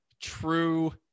true